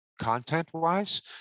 content-wise